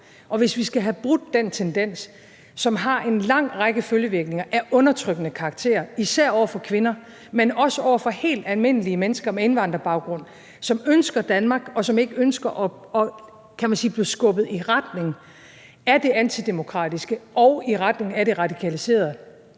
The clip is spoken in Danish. Hvis vi skal have brudt den tendens, som har en lang række følgevirkninger af undertrykkende karakter, især over for kvinder, men også over for helt almindelige mennesker med indvandrerbaggrund, som ønsker Danmark, og som ikke ønsker at blive skubbet i retning af det antidemokratiske og i retning af de radikaliserede,